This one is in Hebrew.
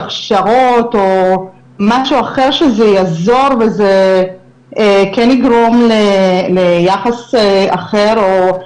הכשרות או משהו אחר שזה יעזור וזה כן יגרום ליחס אחר או,